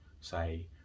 say